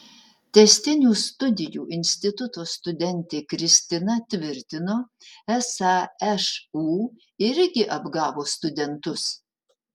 tęstinių studijų instituto studentė kristina tvirtino esą šu irgi apgavo studentus